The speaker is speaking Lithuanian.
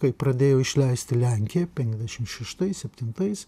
kai pradėjo išleisti lenkiją penkiasdešimt šeštais septintais